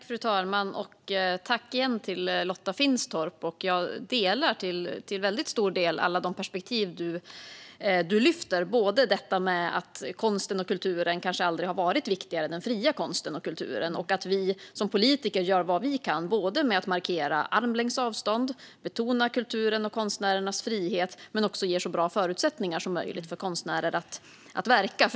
Fru talman! Tack igen, Lotta Finstorp! Jag delar till stor del alla de perspektiv du lyfter. Det gäller detta med att den fria konsten och kulturen kanske aldrig har varit viktigare och att vi som politiker gör vad vi kan för att markera armlängds avstånd och betona kulturens och konstnärernas frihet. Men det handlar också om att ge så bra förutsättningar som möjligt för konstnärer att verka.